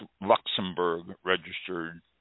Luxembourg-registered